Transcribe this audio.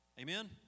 Amen